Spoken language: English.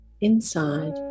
inside